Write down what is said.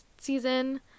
season